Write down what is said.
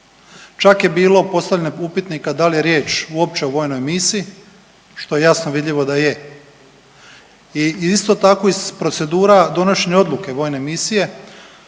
čak je bilo postavljanje upitnika da li je riječ uopće o vojnoj misiji, što je jasno vidljivo da je. I isto tako iz procedura donošenja odluke vojne misije